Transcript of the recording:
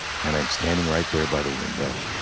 and i'm standing right there by the window.